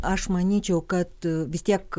aš manyčiau kad vis tiek